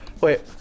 Wait